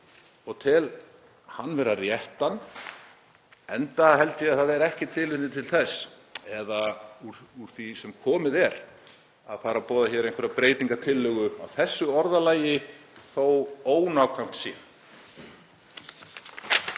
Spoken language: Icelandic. Ég tel hann vera réttan enda held ég að það væri ekki tilefni til þess, úr því sem komið er, að fara að boða hér einhverja breytingartillögu á þessu orðalagi þó ónákvæmt sé.